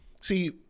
see